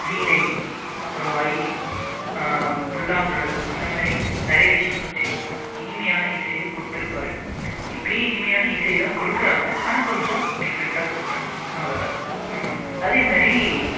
வீணை அப்றம் வையலின் புல்லாங்குழல் இந்த மாதிரி நிறைய விஷயம் வெச்சு இனிமையான இசையை கொடுத்துருப்பாரு இப்பயும் இனிமையான இசை தான் கொடுக்குறாங்க ஆனால் கொஞ்சோம் டிஃப்ரெண்டாக கொடுக்குறாங்க அவ்வளோ தான் அதேமாதிரி